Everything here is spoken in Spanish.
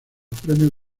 premios